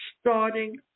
Starting